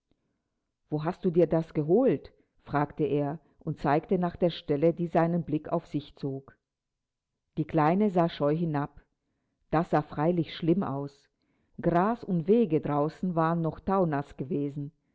wo hast du dir das geholt fragte er und zeigte nach der stelle die seinen blick auf sich zog die kleine sah scheu hinab das sah freilich schlimm aus gras und wege draußen waren noch taunaß gewesen